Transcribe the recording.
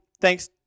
thanks